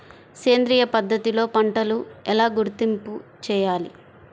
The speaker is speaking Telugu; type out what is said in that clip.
సేంద్రియ పద్ధతిలో పంటలు ఎలా గుర్తింపు చేయాలి?